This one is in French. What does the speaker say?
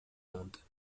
andes